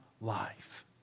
life